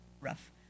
rough